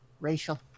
racial